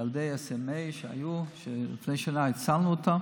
לילדי SMA, שלפני שנה הצלנו אותם,